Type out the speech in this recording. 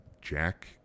Jack